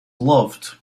loved